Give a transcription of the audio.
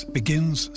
begins